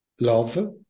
love